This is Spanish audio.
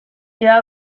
llegó